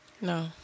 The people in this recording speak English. No